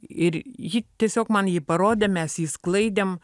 ir ji tiesiog man jį parodė mes jį sklaidėm